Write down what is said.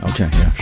Okay